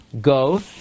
go